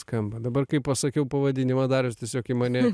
skamba dabar kai pasakiau pavadinimą darius tiesiog į mane